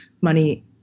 money